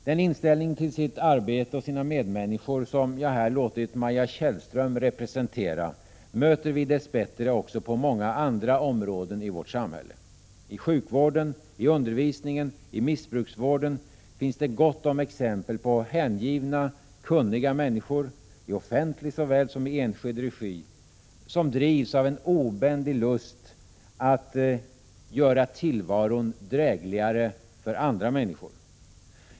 Den inställning till sitt arbete och sina medmänniskor som jag här låtit Maja Tjällström representera möter vi dess bättre också på många andra områden i vårt samhälle. I sjukvården, i undervisningen, i missbruksvården finns det gott om exempel på hängivna, kunniga människor — i offentlig såväl som i enskild regisom drivs av en obändig lust att göra tillvaron drägligare för andra människor.